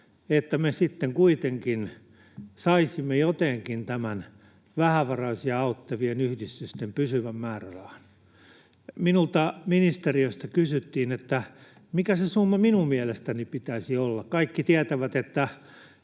että me sitten kuitenkin saisimme jotenkin tämän vähävaraisia auttavien yhdistysten pysyvän määrärahan. Minulta ministeriöstä kysyttiin, mikä se summa minun mielestäni pitäisi olla — kaikki tietävät, että